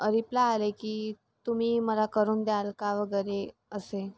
reply आले की तुम्ही मला करून द्याल का वगैरे असे